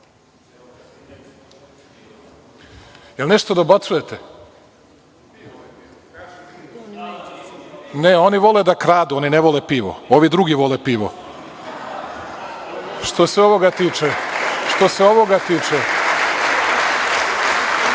nešto dobacujete? Ne, oni vole da kradu, oni ne vole pivo. Ovi drugi vole pivo. Što se ovoga tiče,